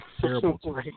terrible